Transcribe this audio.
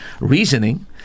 reasoning